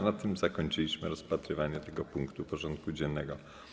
Na tym zakończyliśmy rozpatrywanie tego punktu porządku dziennego.